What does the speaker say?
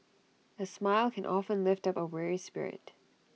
A smile can often lift up A weary spirit